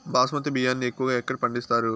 బాస్మతి బియ్యాన్ని ఎక్కువగా ఎక్కడ పండిస్తారు?